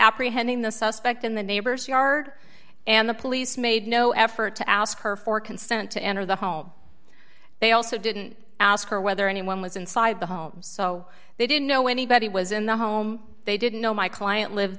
apprehending the suspect in the neighbor's yard and the police made no effort to ask her for consent to enter the home they also didn't ask her whether anyone was inside the home so they didn't know anybody was in the home they didn't know my client live